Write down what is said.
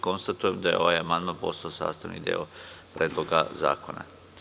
Konstatujem da je ovaj amandman postao sastavni deo Predloga zakona.